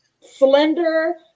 slender